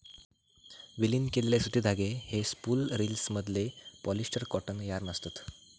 विलीन केलेले सुती धागे हे स्पूल रिल्समधले पॉलिस्टर कॉटन यार्न असत